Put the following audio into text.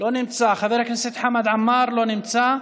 לא נמצא, חבר הכנסת חמד עמאר, לא נמצא,